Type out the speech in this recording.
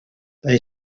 they